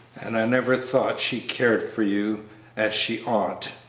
and i never thought she cared for you as she ought.